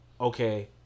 okay